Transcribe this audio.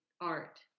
art